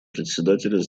председателя